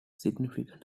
significant